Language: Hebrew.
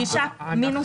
גישה מינוס צפייה.